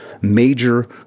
major